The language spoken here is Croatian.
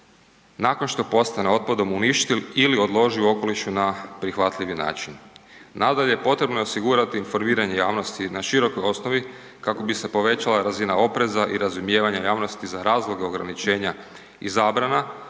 nakon što postane otpadom uništi ili odloži u okolišu na prihvatljivi način. Nadalje, potrebno je osigurati informiranje javnosti na širokoj osnovi kako bi se povećala razina opreza i razumijevanja javnosti za razloge ograničenja i zabrana